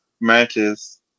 matches